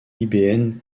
ibn